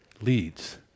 leads